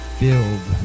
filled